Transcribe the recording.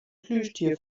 plüschtier